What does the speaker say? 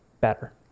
better